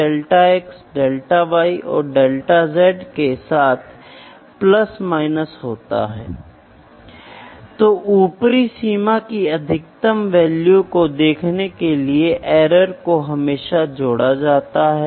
तो यह experimental method है जो हम करते हैं मेकैनिज्म प्रकार माप के अंतर्गत आता है